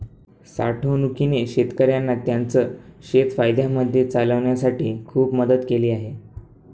साठवणूकीने शेतकऱ्यांना त्यांचं शेत फायद्यामध्ये चालवण्यासाठी खूप मदत केली आहे